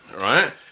right